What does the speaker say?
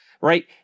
Right